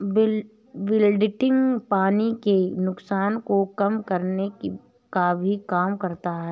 wilting पानी के नुकसान को कम करने का भी काम करता है